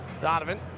Donovan